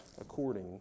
according